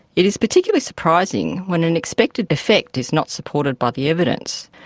it is particularly surprising when an expected effect is not supported by the evidence,